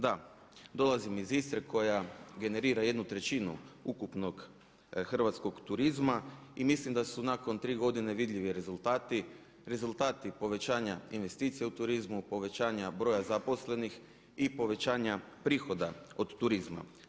Da, dolazim iz Istre koja generira jednu trećinu ukupnog hrvatskog turizma i mislim da su nakon tri godine vidljivi rezultati, rezultati povećanja investicija u turizmu, povećanja broja zaposlenih i povećanja prihoda od turizma.